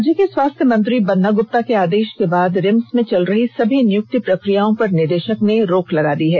राज्य के स्वास्थ्य मंत्री बन्ना गुप्ता के आदेश के बाद रिम्स में चल रही सभी नियुक्ति प्रक्रियाओं पर निदेशक ने रोक लगा दी है